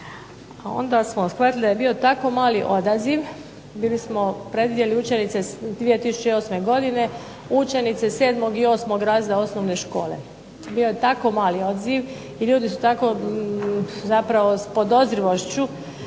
onda smo shvatili da je bio tako mali odaziv, bili smo predvidjeli učenice iz 2008. godine, učenice 7. i 8. razreda osnovne škole. Bio je tako mali odaziv, i ljudi su tako zapravo s podozrivošću